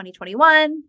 2021